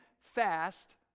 fast